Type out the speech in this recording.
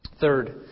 Third